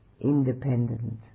independent